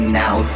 now